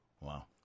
Wow